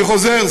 אני חוזר,